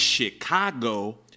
Chicago